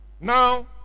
Now